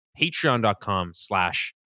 Patreon.com/slash